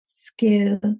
skill